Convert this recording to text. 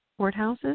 courthouses